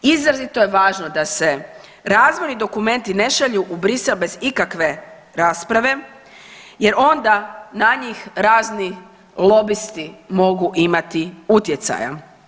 Izrazito je važno da se razvojni dokumenti ne šalju u Bruxelles bez ikakve rasprave jer onda na njih razni lobisti mogu imati utjecaja.